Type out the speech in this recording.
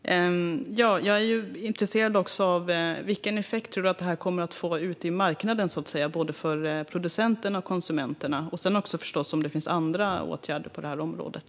Fru talman! Jag är också intresserad av vilken effekt du, Per Bolund, tror att det här kommer att få på marknaden, både för producenter och för konsumenter, och om det finns andra åtgärder på det här området.